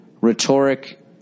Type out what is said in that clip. rhetoric